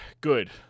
good